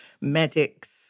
medics